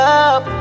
up